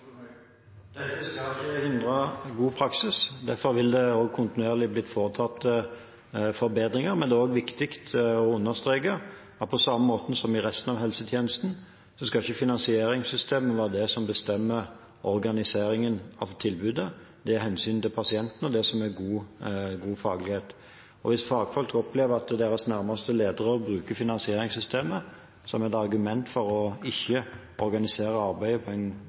Dette skal ikke hindre god praksis. Derfor vil det også kontinuerlig bli foretatt forbedringer. Men det er også viktig å understreke at på samme måte som i resten av helsetjenesten skal ikke finansieringssystemet være det som bestemmer organiseringen av tilbudet, det er hensynet til pasienten og det som er god faglighet. Hvis fagfolk opplever at deres nærmeste ledere bruker finansieringssystemet som et argument for ikke å organisere arbeidet på en